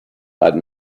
but